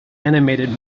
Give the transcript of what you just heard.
animated